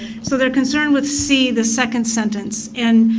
so they're concerned with c, the second sentence. and